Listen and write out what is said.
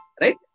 right